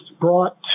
brought